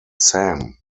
sam